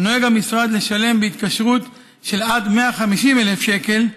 נוהג המשרד לשלם בהתקשרות של עד 150,000 ש"ח,